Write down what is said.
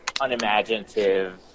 unimaginative